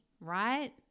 right